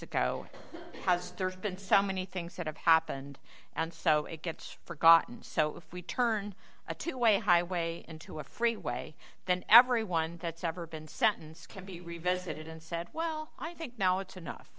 has been so many things that have happened and so it gets forgotten so if we turn a two way highway into a freeway then everyone that's ever been sentenced can be revisited and said well i think now it's enough